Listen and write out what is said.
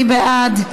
מי בעד?